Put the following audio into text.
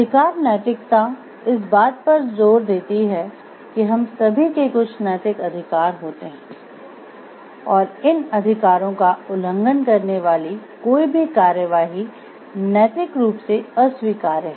अधिकार नैतिकता इस बात पर जोर देती है कि हम सभी के कुछ नैतिक अधिकार होते हैं और इन अधिकारों का उल्लंघन करने वाली कोई भी कार्यवाही नैतिक रूप से अस्वीकार्य है